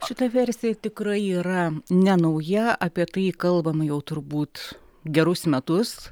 šita versija tikrai yra ne nauja apie tai kalbama jau turbūt gerus metus